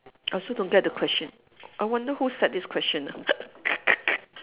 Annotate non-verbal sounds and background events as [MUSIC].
I also don't get the question I wonder who set this question ah [LAUGHS]